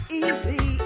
easy